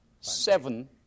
seven